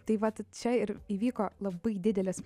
tai vat čia ir įvyko labai didelis